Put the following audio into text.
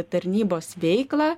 tarnybos veiklą